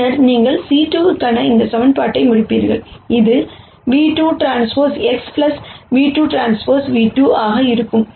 பின்னர் நீங்கள் c2 க்கான இந்த சமன்பாட்டை முடிப்பீர்கள் இது ν₂TX ν₂Tν₂ ஆக இருக்கும்